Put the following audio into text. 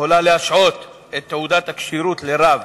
יכולה להשעות את תעודת הכשירות של רב